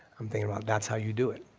i'm thinking about, that's how you do it.